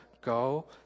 go